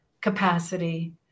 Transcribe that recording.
capacity